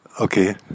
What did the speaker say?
Okay